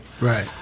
Right